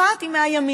אחת היא מהימין,